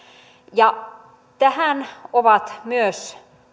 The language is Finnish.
tähän ovat myös